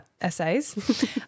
essays